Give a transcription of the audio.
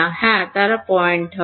হ্যাঁ তারা পয়েন্ট হবে